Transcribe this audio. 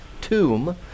tomb